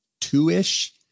two-ish